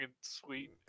sweet